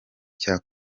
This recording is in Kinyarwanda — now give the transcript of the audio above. cya